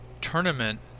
tournament